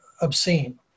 obscene